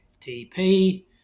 FTP